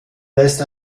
lässt